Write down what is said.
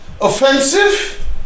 Offensive